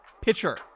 pitcher